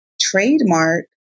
trademark